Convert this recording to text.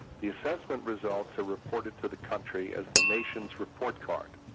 the assessment results are reported to the country as the nation' s report card.